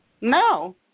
No